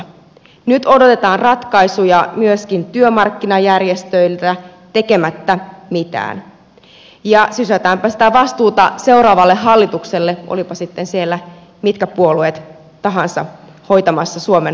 nyt odotetaan ratkaisuja myöskin työmarkkinajärjestöiltä tekemättä mitään ja sysätäänpä sitä vastuuta seuraavalle hallitukselle olivatpa sitten siellä mitkä puolueet tahansa hoitamassa suomen asioita